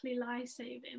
life-saving